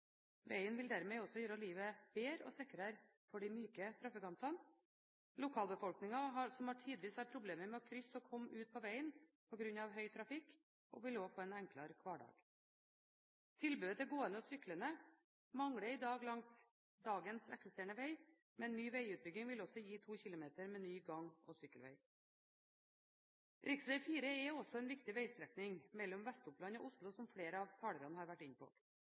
Vegen vil dermed også gjøre livet bedre og sikrere for de myke trafikantene. Lokalbefolkningen, som tidvis har problemer med å krysse og komme ut på vegen på grunn av høy trafikk, vil også få en enklere hverdag. Tilbudet til gående og syklende mangler i dag langs eksisterende veg, men ny vegutbygging vil også gi 2 km med ny gang- og sykkelveg. Rv. 4 er også en viktig vegstrekning mellom Vest-Oppland og Oslo, som flere av talerne har vært inne på.